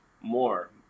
more